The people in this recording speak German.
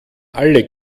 alle